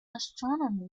astronomy